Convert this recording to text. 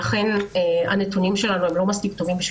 לכן, הנתונים שלנו לא מספיק טובים.